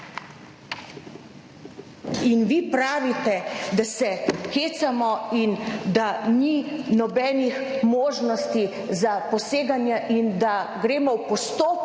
in vi pravite, da se hecamo in da ni nobenih možnosti za poseganje in da gremo v postopke,